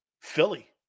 Philly